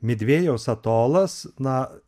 midvėjaus atolas na